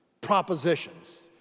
propositions